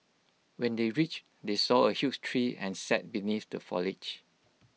when they reached they saw A huge tree and sat beneath the foliage